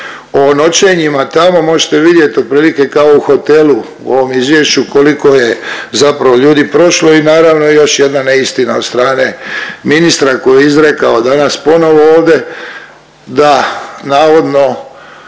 O noćenjima tamo možete vidjet otprilike kao u hotelu u ovom izvješću koliko je zapravo ljudi prošlo i naravno još jedna neistina od strane ministra koju je izrekao danas ponovo ovdje da navodno